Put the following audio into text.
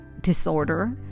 disorder